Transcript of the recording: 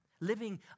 living